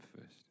first